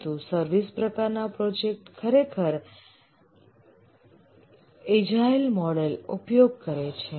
પરંતુ સર્વિસ પ્રકારના પ્રોજેક્ટ ખરેખર એજાઈલ મોડલ ઉપયોગ કરે છે